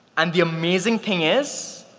and the amazing thing is,